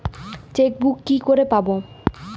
Chequebook কি করে পাবো?